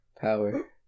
power